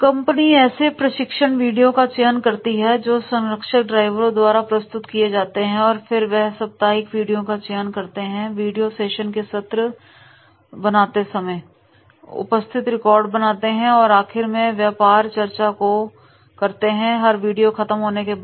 company ऐसे प्रशिक्षण video का चयन करती हैं जो संरक्षक ड्राइवरों द्वारा प्रस्तुत किए जाते हैं और फिर वह सप्ताहिक वीडियो का चयन करते हैं वीडियो सेशन के सूत्र बनाते हैं उपस्थिति रिकॉर्ड बनाते हैं और आखिर में व्यापक चर्चा को करते हैं हर वीडियो खत्म होने के बाद